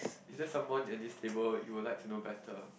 is there someone in this table you will like to know better